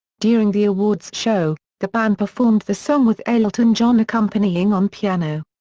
during the awards show, the band performed the song with elton john accompanying on piano.